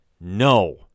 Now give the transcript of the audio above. No